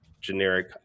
generic